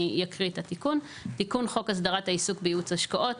אני אקריא את התיקון: "תיקון חוק הסדרת העיסוק בייעוץ השקעות,